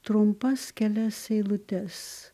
trumpas kelias eilutes